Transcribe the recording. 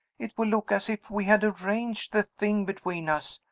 it will look as if we had arranged the thing between us.